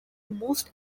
most